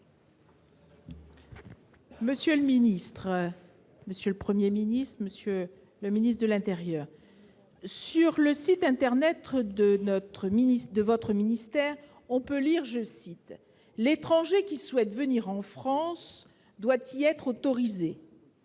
Monsieur le Ministre, monsieur le 1er ministre Monsieur le ministre de l'Intérieur, sur le site internet de notre ministre de votre ministère, on peut lire, je cite : l'étranger qui souhaite venir en France, doit-il être autorisé.